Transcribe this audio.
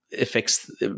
affects